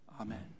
amen